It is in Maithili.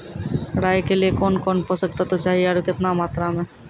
राई के लिए कौन कौन पोसक तत्व चाहिए आरु केतना मात्रा मे?